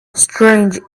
strange